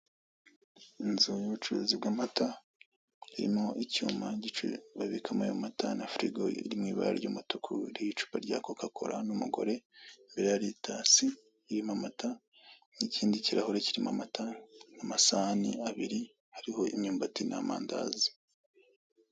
Inzu y'ubucuruzi bw'amata irimo icyuma babikamo ayo mata na furigo iri mw'ibara ry'umutuku iriho icupa rya koka kola n'umugore. Imbere hari itasi irimo amata, nikindi kirahure kirimo amata n'amasahani abiri ariho imyumbati n'amandazi.